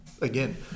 Again